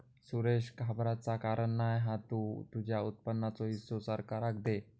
सुरेश घाबराचा कारण नाय हा तु तुझ्या उत्पन्नाचो हिस्सो सरकाराक दे